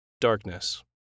darkness